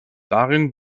darin